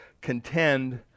contend